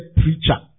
preacher